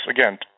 again